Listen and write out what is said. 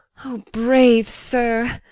o brave sir!